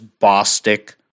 Bostick